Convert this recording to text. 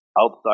outside